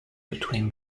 between